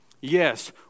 Yes